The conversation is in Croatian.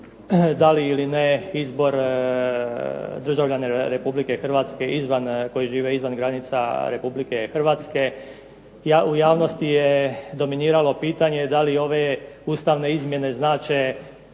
da li ili ne izbor državljana Republike Hrvatske koji žive izvan granica Republike Hrvatske. U javnosti je dominiralo pitanje da li ove ustavne izmjene znače